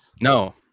No